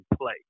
play